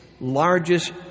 largest